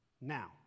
now